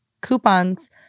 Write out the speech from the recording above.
coupons